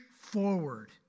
forward